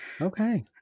Okay